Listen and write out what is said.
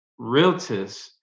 realtors